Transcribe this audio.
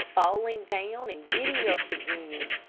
falling down and getting up again,